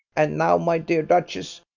and now, my dear duchess,